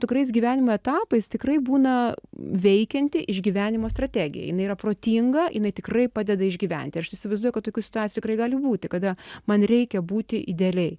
tikrais gyvenimo etapais tikrai būna veikianti išgyvenimo strategija jinai yra protinga jinai tikrai padeda išgyventi aš įsivaizduoju kad tokių situacijų tikrai gali būti kada man reikia būti idealiai